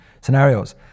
scenarios